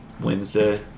Wednesday